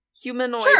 Humanoid